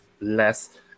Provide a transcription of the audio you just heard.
less